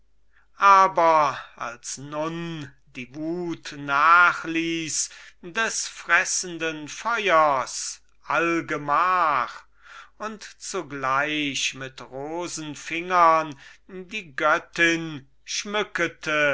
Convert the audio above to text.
aber als nun die wut nachließ des fressenden feuers allgemach und zugleich mit rosenfingern die göttin schmückete